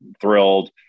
thrilled